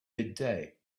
midday